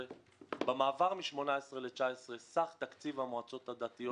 במעבר מ-2018 ל-2019 סך תקציב המועצות הדתיות